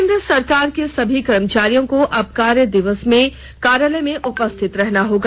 केंद्र सरकार के सभी कर्मचारियों को अब कार्य दिवसों में कार्यालय में उपस्थित रहना होगा